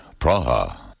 Praha